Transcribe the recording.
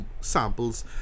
samples